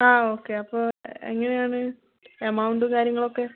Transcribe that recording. ആ ഓക്കെ അപ്പോൾ എങ്ങനെയാണ് എമൗണ്ട് കാര്യങ്ങളൊക്കെ